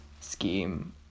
scheme